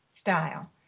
style